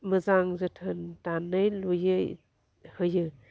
मोजां जोथोन दानै लुयै होयो